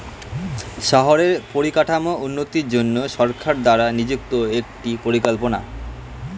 শহরের পরিকাঠামোর উন্নতির জন্য সরকার দ্বারা নিযুক্ত একটি পরিকল্পনা